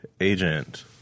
agent